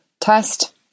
test